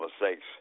mistakes